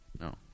No